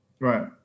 Right